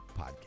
podcast